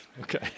Okay